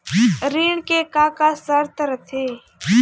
ऋण के का का शर्त रथे?